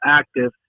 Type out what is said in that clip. active